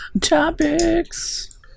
Topics